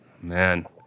Man